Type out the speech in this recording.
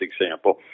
example